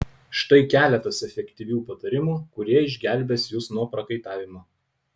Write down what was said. štai keletas efektyvių patarimų kurie išgelbės jus nuo prakaitavimo